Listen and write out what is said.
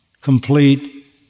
complete